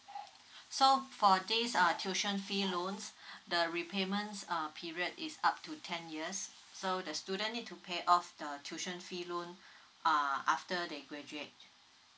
so for these uh tuition fee loan the repayment um period is up to ten years so the student need to pay off the tuition fee loan uh after they graduate